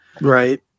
right